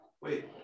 Wait